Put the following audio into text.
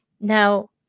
Now